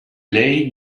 lay